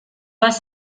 has